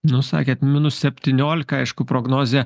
ne nu sakėt minus septyniolika aišku prognozė